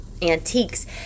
antiques